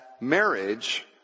marriage